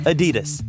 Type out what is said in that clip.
Adidas